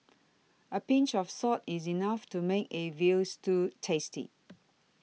a pinch of salt is enough to make a Veal Stew tasty